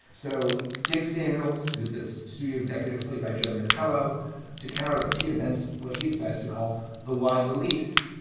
so dick samuels, who's this studio executive played by joe mantello to counter this, he invents, but he decides to call the wide release,